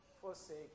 forsake